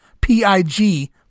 P-I-G